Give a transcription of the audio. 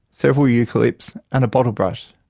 several eucalypts and a bottlebrush.